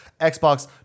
Xbox